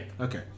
Okay